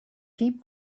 keep